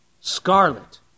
scarlet